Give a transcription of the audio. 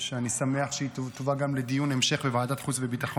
שאני שמח שהיא תובא גם לדיון המשך בוועדת החוץ והביטחון,